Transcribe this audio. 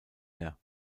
mehr